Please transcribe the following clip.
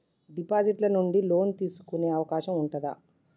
Deposit ల నుండి loan తీసుకునే అవకాశం ఉంటదా?